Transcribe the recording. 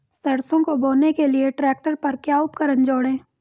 सरसों को बोने के लिये ट्रैक्टर पर क्या उपकरण जोड़ें?